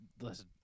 Listen